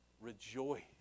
Rejoice